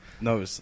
No